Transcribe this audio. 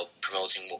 promoting